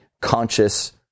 conscious